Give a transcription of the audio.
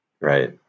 Right